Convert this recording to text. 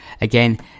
again